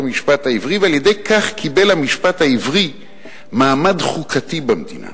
ועל-ידי כך קיבל המשפט העברי מעמד חוקתי במדינה.